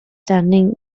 standing